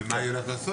ומה היא הולכת לעשות?